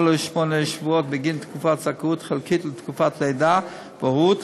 או לשמונה שבועות בגין תקופת זכאות חלקית לתקופת לידה והורות,